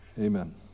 Amen